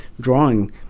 drawing